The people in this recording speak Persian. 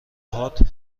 هات